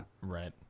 Right